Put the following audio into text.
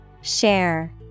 Share